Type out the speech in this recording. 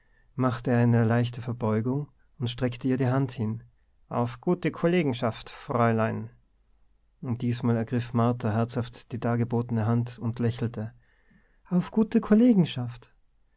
machte er eine leichte verbeugung und streckte ihr die hand hin auf gute kollegenschaft fräulein und diesmal ergriff martha herzhaft die dargebotene hand und lächelte auf gute kollegenschaft